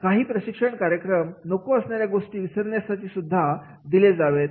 काही प्रशिक्षण कार्यक्रम नको असणाऱ्या गोष्टी विसरण्यासाठी सुद्धा दिले जावेत